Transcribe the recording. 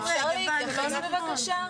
אפשר להתייחס בבקשה?